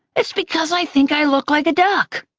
it's because i think i look like a duck.